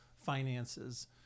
finances